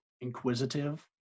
inquisitive